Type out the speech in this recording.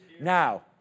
now